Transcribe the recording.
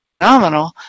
phenomenal